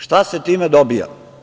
Šta se time dobija?